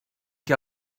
què